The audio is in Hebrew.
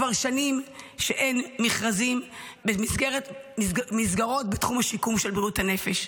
כבר שנים שאין מכרזים במסגרות בתחום השיקום של בריאות הנפש,